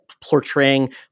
portraying